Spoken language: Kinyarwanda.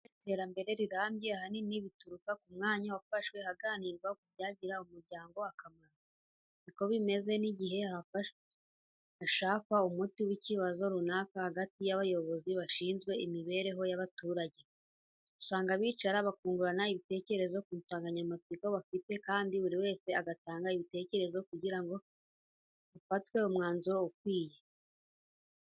Kugira iterambere rirambye ahanini bituruka ku mwanya wafashwe haganirwa ku byagirira umuryango akamaro. Ni ko bimeze n'igihe hashakwa umuti w'ikibazo runaka hagati y'abayobozi bashinzwe imibereho y'abaturage. Usanga bicara bakungurana ibitekerezo ku nsanganyamatsiko bafite kandi buri wese agatanga ibitekerezo kugira ngo hafatwe umwanzuro ukwiye.